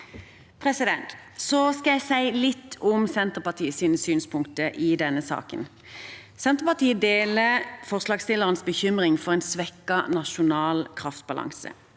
Jeg skal si litt om Senterpartiets synspunkter i denne saken. Senterpartiet deler forslagsstillernes bekymring for en svekket nasjonal kraftbalanse.